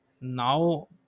Now